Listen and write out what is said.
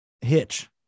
Hitch